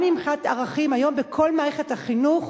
גם מבחינת ערכים, היום בכל מערכת החינוך,